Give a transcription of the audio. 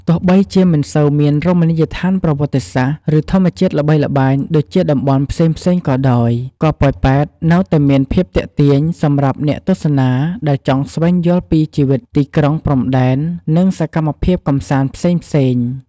ទោះបីជាមិនសូវមានរមណីយដ្ឋានប្រវត្តិសាស្ត្រ ឬធម្មជាតិល្បីល្បាញដូចតំបន់ផ្សេងៗក៏ដោយ ក៏ប៉ោយប៉ែតនៅតែមានភាពទាក់ទាញសម្រាប់អ្នកទស្សនាដែលចង់ស្វែងយល់ពីជីវិតទីក្រុងព្រំដែន និងសកម្មភាពកម្សាន្តផ្សេងៗ។